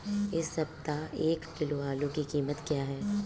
इस सप्ताह एक किलो आलू की कीमत क्या है?